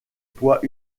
poids